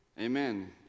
Amen